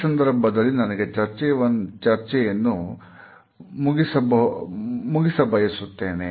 ಈ ಸಂದರ್ಭದಲ್ಲಿ ನನಗೆ ಚರ್ಚೆಯನ್ನು ಮುಗಿಸಬಹುದು ತ್ತೇನೆ